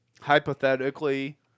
hypothetically